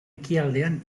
ekialdean